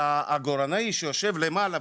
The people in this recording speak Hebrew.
על העגורני שיושב למעלה,